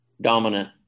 dominant